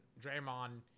Draymond